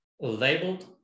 labeled